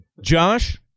Josh